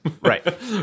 Right